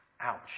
Ouch